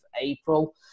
April